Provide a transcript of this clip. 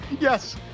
Yes